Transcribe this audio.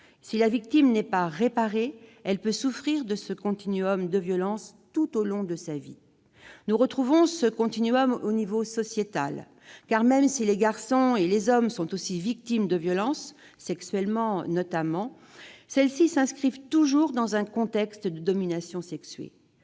Si la victime n'est pas prise en charge, elle peut souffrir de ce de violences tout au long de sa vie. Nous retrouvons ce au niveau sociétal, car même si les garçons et les hommes sont aussi victimes de violences, sexuelles notamment, celles-ci s'inscrivent toujours dans un contexte de domination sexué.